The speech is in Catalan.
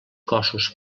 cossos